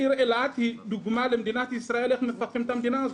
העיר אילת היא דוגמה למדינת ישראל איך מפתחים את המדינה הזאת.